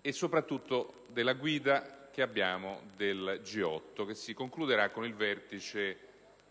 e soprattutto della guida del G8, che si concluderà con il vertice nell'isola